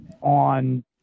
on